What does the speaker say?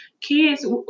Kids